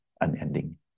unending